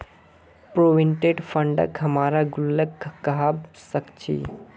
provident फंडक हमरा गुल्लको कहबा सखछी